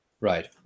right